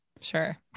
sure